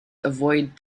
avoid